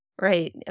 Right